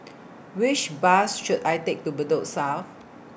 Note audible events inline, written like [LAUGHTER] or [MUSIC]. [NOISE] Which Bus should I Take to Bedok South